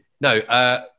No